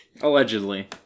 Allegedly